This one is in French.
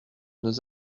nos